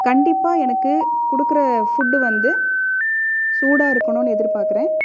கண்டிப்பாக எனக்கு கொடுக்குற ஃபுட்டு வந்து சூடாக இருக்கணும்னு எதிர்பார்க்கிறேன்